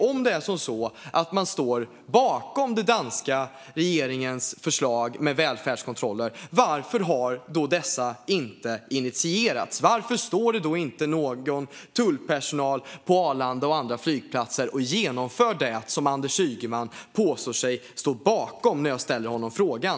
Om man står bakom den danska regeringens förslag med välfärdskontroller, varför har då dessa inte initierats? Varför står det då inte någon tullpersonal på Arlanda och andra flygplatser och genomför det som Anders Ygeman påstår sig stå bakom när jag ställer honom frågan?